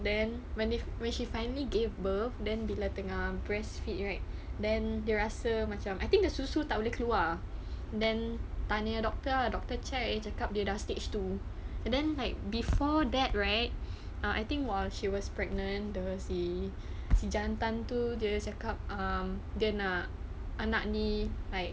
then when when she finally gave birth then bila tengah breastfeed right then dia rasa macam I think the susu tak boleh keluar ah then tanya doctor ah doctor check dia cakap dia dah stage two and then like before that right uh I think while she was pregnant the si si jantan tu dia cakap uh dia nak anak ni like